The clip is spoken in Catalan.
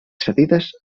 cedides